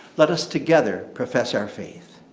let us together profess our faith.